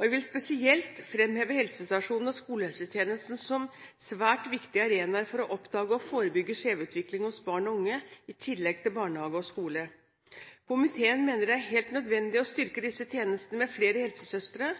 Jeg vil spesielt fremheve helsestasjonen og skolehelsetjenesten som svært viktige arenaer for å oppdage og forebygge en skjevutvikling hos barn og unge – i tillegg til barnehage og skole. Komiteen mener det er helt nødvendig å styrke disse tjenestene med flere helsesøstre.